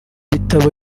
bitabo